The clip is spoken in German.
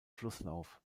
flusslauf